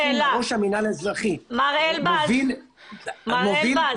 ראש המינהל האזרחי מוביל --- מר אלבז,